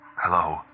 Hello